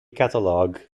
catalog